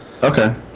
okay